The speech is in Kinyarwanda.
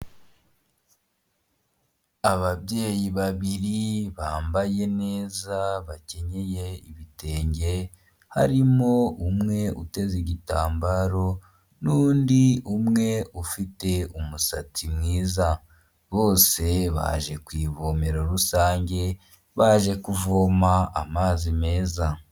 Ababyeyi babiri bambaye neza bakenyeye ibitenge, harimo umwe uteze igitambaro n'undi umwe ufite umusatsi mwiza, bose baje ku ivome rusange baje kuvoma amazi meza.